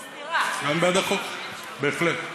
בהחלט.